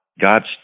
God's